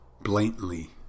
blatantly